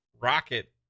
Rocket